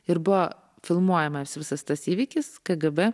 ir buvo filmuojama visas tas įvykis kgb